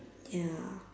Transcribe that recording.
ya